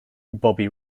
bobby